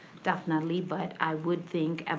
definitely, but i would think, um